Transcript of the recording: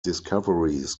discoveries